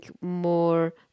more